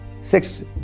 six